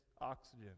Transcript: oxygen